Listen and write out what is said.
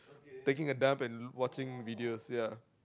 taking a dump and watching videos ya